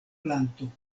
planto